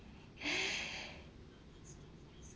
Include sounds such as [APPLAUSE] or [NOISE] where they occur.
[BREATH]